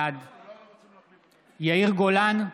בעד יאיר גולן,